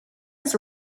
his